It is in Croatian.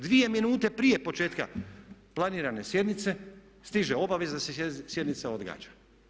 Dvije minute prije početka planirane sjednice stiže obavijest da se sjednica odgađa.